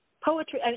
Poetry